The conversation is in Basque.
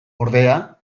ordea